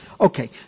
Okay